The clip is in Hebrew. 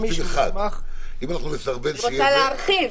היא רוצה להרחיב.